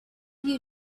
you